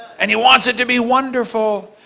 and he wants it to be wonderful?